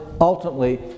ultimately